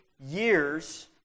years